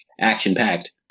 action-packed